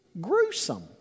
Gruesome